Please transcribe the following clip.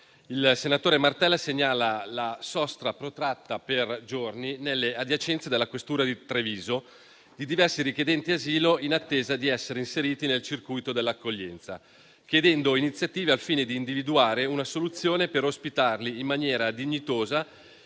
il senatore Martella segnala la sosta, protratta per giorni nelle adiacenze della questura di Treviso, di diversi richiedenti asilo in attesa di essere inseriti nel circuito dell'accoglienza, chiedendo iniziative al fine d'individuare una soluzione per ospitarli in maniera dignitosa